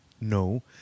no